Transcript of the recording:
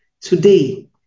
Today